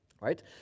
Right